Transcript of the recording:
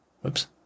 Whoops